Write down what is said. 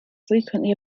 frequently